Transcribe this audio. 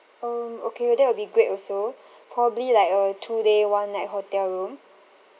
um okay uh that will be great also probably like a two day one night hotel room